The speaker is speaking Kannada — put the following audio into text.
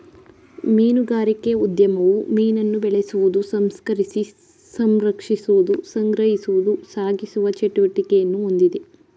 ಮೀನುಗಾರಿಕೆ ಉದ್ಯಮವು ಮೀನನ್ನು ಬೆಳೆಸುವುದು ಸಂಸ್ಕರಿಸಿ ಸಂರಕ್ಷಿಸುವುದು ಸಂಗ್ರಹಿಸುವುದು ಸಾಗಿಸುವ ಚಟುವಟಿಕೆಯನ್ನು ಹೊಂದಿದೆ